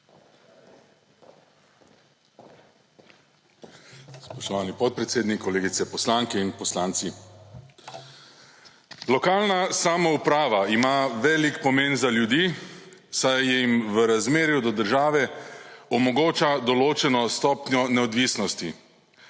Spoštovani podpredsednik, kolegice poslanke in poslanci! Lokalna samouprava ima velik pomen za ljudi saj jim v razmerju do države omogoča določeno stopnjo neodvisnosti.